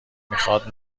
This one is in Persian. میخواد